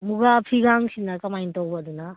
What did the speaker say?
ꯃꯨꯒꯥ ꯐꯤꯒꯥꯁꯤꯅ ꯀꯃꯥꯏꯅ ꯇꯧꯕ ꯑꯗꯨꯅ